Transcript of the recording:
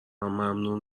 ممنون